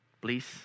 Please